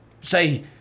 say